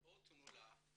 בואו תנו לה,